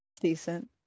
decent